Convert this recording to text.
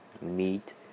meat